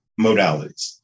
modalities